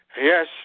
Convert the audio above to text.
Yes